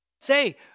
Say